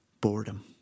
boredom